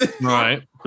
Right